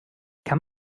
kann